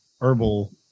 herbal